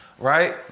right